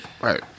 Right